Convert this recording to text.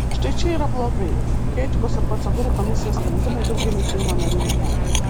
štai čia yra blogai kai etikos ir procedūrų komisijos sprendimai daugeliui seimo narių nė motais